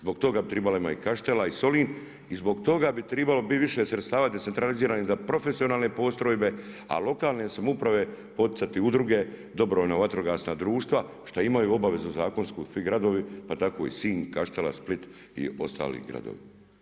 Zbog toga bi tribala imat i Kaštela i Solin i zbog toga bi tribalo bit više sredstava centraliziranih, da profesionalne postrojbe, a lokalne samouprave poticati udruge, dobrovoljna vatrogasna društva šta imaju obavezu zakonsku svi gradovi, pa tako i Sinj, Kaštela, Split i ostali gradovi.